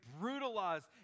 brutalized